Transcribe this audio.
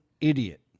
idiot